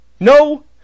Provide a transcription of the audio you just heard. No